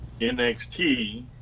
NXT